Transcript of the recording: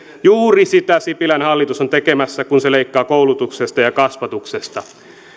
juuri sitä sipilän hallitus on tekemässä kun se leikkaa koulutuksesta ja kasvatuksesta